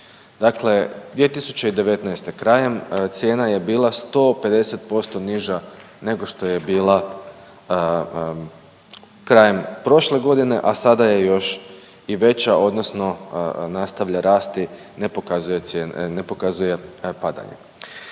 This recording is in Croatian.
Dakle, 2019. krajem cijena je bila 150% niža nego što je bila krajem prošle godine, a sada je još i veća odnosno nastavlja rasti ne pokazuje padanje.